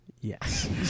yes